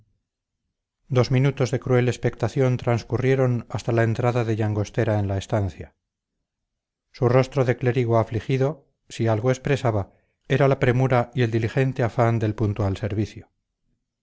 dos minutos de cruel expectación transcurrieron hasta la entrada de llangostera en la estancia su rostro de clérigo afligido si algo expresaba era la premura y el diligente afán del puntual servicio